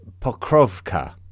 Pokrovka